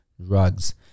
drugs